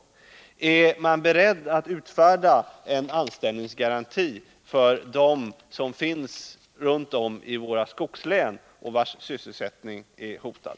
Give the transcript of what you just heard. Är man beredd att utfärda en anställningsgaranti för de människor i våra skogslän vilkas sysselsättning är hotad?